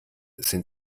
sind